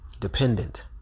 dependent